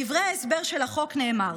בדברי ההסבר של החוק נאמר: